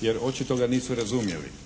jer očito ga nisu razumjeli.